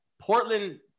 Portland